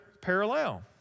parallel